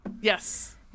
Yes